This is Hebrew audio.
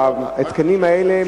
ההתקנים האלה,